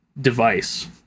device